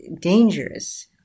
dangerous